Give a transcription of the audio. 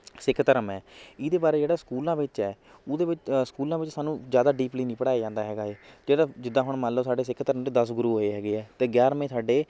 ਸਿੱਖ ਧਰਮ ਹੈ ਇਹਦੇ ਬਾਰੇ ਜਿਹੜਾ ਸਕੂਲਾਂ ਵਿੱਚ ਹੈ ਉਹਦੇ ਵਿੱਚ ਸਕੂਲਾਂ ਵਿੱਚ ਸਾਨੂੰ ਜ਼ਿਆਦਾ ਡੀਪਲੀ ਨਹੀਂ ਪੜ੍ਹਾਇਆ ਜਾਂਦਾ ਹੈਗਾ ਏ ਜਿਹੜਾ ਜਿੱਦਾਂ ਹੁਣ ਮੰਨ ਲਉ ਸਾਡੇ ਸਿੱਖ ਧਰਮ ਦੇ ਦਸ ਗੁਰੂ ਹੋਏ ਹੈਗੇ ਹੈ ਅਤੇ ਗਿਆਰਵੇਂ ਸਾਡੇ